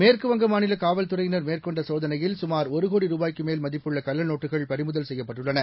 மேற்குவங்கமாநிலகாவல்துறையினர்மேற்கொண்டசோதனையில் சுமார்ஒருகோடிரூபாய்க்குமேல்மதிப்புள்ளகள்ளநோட்டுகள்ப றிமுதல்செய்யப்பட்டுள்ளன